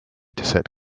dataset